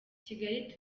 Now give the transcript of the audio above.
kigali